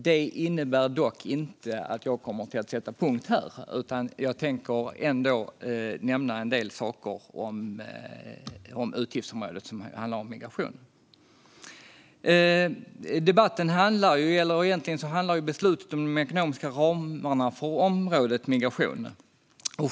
Det innebär dock inte att jag kommer att sätta punkt här, utan jag tänker ändå nämna en del saker på utgiftsområdet som handlar om migration. Egentligen handlar beslutet om de ekonomiska ramarna på området migration.